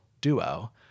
duo